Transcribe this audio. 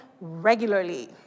regularly